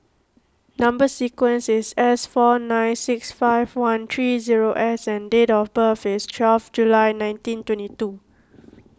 Number Sequence is S four nine six five one three zero S and date of birth is twelve July nineteen twenty two